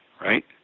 right